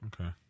Okay